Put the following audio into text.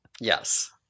Yes